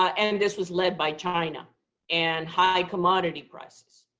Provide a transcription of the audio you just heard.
ah and and this was led by china and high commodity prices.